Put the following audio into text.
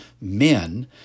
men